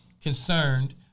concerned